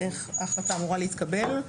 ואיך ההחלטה אמורה להתקבל.